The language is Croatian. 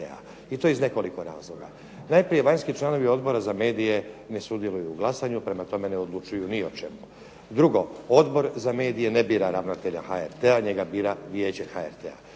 i to iz nekoliko razloga. Najprije vanjski članovi Odbora za medije ne sudjeluju u glasanju, prema tome ne odlučuju o ni o čemu. Drugo, Odbor za medije ne bira ravnatelja HRT-a njega bira Vijeće HRT-a.